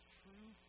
true